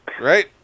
Right